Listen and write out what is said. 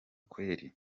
kweli